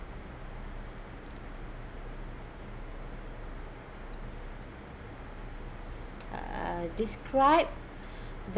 uh describe the